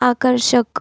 आकर्षक